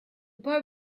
boy